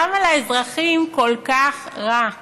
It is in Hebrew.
למה לאזרחים כל כך רע?